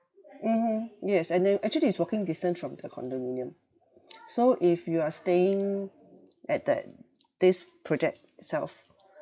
mmhmm yes and they actually it's walking distance from the condominium so if you are staying at that this project itself